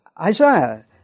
Isaiah